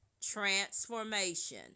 transformation